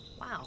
Wow